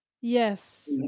yes